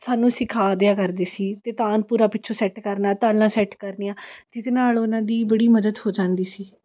ਸਾਨੂੰ ਸਿਖਾ ਦਿਆ ਕਰਦੇ ਸੀ ਅਤੇ ਤਾਨਪੁਰਾ ਪਿੱਛੋਂ ਸੈੱਟ ਕਰਨਾ ਤਾਲਾਂ ਸੈੱਟ ਕਰਨੀਆਂ ਜਿਹਦੇ ਨਾਲ ਉਹਨਾਂ ਦੀ ਬੜੀ ਮਦਦ ਹੋ ਜਾਂਦੀ ਸੀ